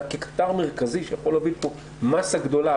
כקטר מרכזי שיכול להוביל פה מסה גדולה,